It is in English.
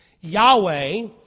Yahweh